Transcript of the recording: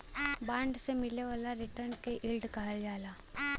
bond से मिले वाला रिटर्न के यील्ड कहल जाला